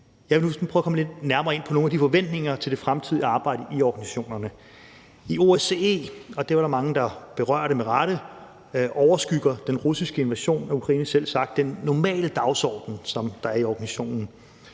prøve at komme lidt nærmere ind på nogle af forventningerne til det fremtidige arbejde i organisationerne. I OSCE, og det var der mange der med rette berørte, overskygger den russiske invasion af Ukraine selvsagt den normale dagsorden, som der er i organisationen.